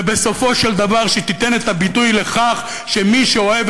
ובסופו של דבר שתיתן את הביטוי לכך שמי שאוהב